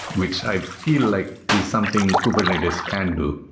which i feel like is something kubernetes can do.